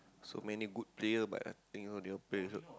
so many good player but I think so they all play also